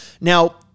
Now